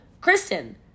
Kristen